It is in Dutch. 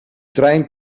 trein